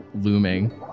looming